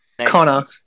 Connor